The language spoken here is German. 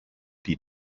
die